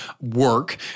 work